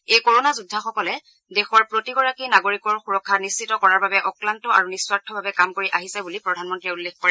এই কোৰোণা যোদ্ধাসকলে দেশৰ প্ৰতিগৰাকী নাগৰিকৰ সুৰক্ষা নিশ্চিত কৰাৰ বাবে অক্লান্ত আৰু নিঃস্বাৰ্থভাৱে কাম কৰি আহিছে বুলি প্ৰধানমন্ত্ৰীয়ে উল্লেখ কৰে